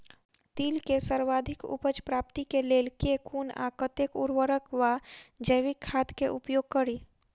तिल केँ सर्वाधिक उपज प्राप्ति केँ लेल केँ कुन आ कतेक उर्वरक वा जैविक खाद केँ उपयोग करि?